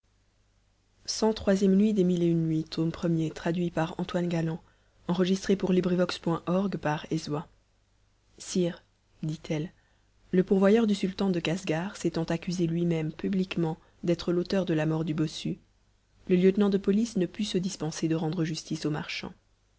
ciii nuit sire dit-elle le pourvoyeur du sultan de casgar s'étant accusé lui-même publiquement d'être l'auteur de la mort du bossu le lieutenant de police ne put se dispenser de rendre justice au marchand